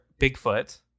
Bigfoot